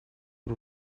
бүр